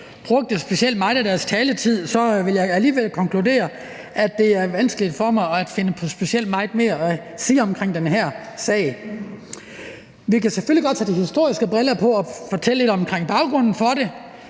brugte specielt meget af deres taletid, vil jeg alligevel konkludere, at det er vanskeligt for mig at finde på specielt meget mere at sige omkring den her sag. Vi kan selvfølgelig godt tage de historiske briller på og fortælle lidt om baggrunden for det,